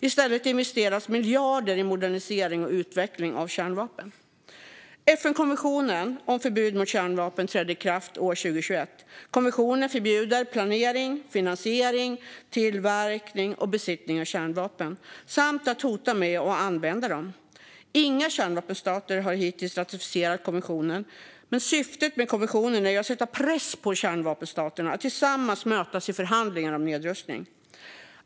I stället investeras miljarder i modernisering och utveckling av kärnvapen. FN-konventionen om förbud mot kärnvapen trädde i kraft 2021. Konventionen förbjuder planering, finansiering, tillverkning och besittning av kärnvapen samt att hota med att använda dem. Inga kärnvapenstater har hittills ratificerat konventionen, men syftet med konventionen är att sätta press på kärnvapenstaterna att tillsammans mötas i förhandlingar om nedrustning.